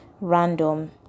Random